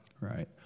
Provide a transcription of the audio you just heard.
Right